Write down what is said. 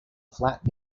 flat